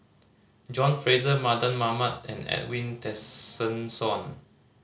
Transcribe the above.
John Fraser Mardan Mamat and Edwin Tessensohn